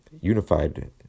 unified